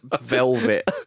velvet